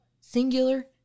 singular